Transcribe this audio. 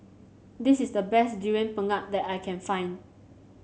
this is the best Durian Pengat that I can find